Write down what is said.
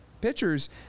pitchers